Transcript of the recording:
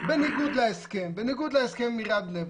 בניגוד להסכם עם עיריית בני ברק.